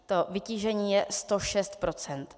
To vytížení je 106 %.